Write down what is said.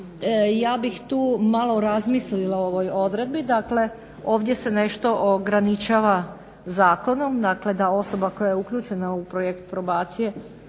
Ja bih tu malo razmislila o ovoj odredbi. Dakle, ovdje se nešto ograničava zakonom. Dakle, da osoba koja je uključena u projekt probacije